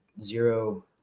zero